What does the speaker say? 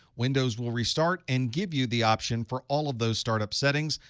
windows will restart and give you the option for all of those startup settings,